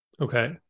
Okay